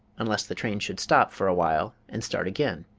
unless the train should stop for a while and start again.